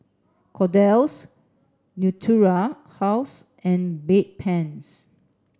Kordel's Natura House and Bedpans